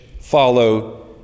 Follow